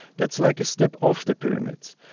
that's like a step off the pyramid,